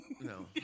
No